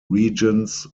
regions